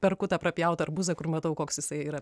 perku tą prapjautą arbūzą kur matau koks jisai yra